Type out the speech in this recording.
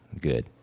Good